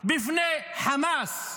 בפני חמאס.